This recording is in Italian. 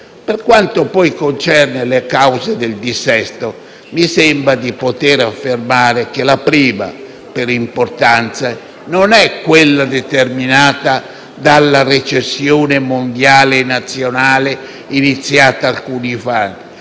Per quanto concerne le cause del dissesto, mi sembra di poter affermare che la prima, per importanza, non è quella determinata dal periodo di recessione mondiale e nazionale iniziato alcuni anni